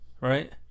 Right